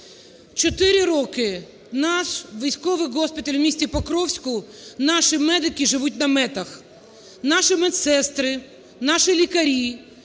Чотири роки наш військовий госпіталь в місті Покровську наші медики живуть в наметах. Наші медсестри, наші лікарі